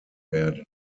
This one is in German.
werden